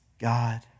God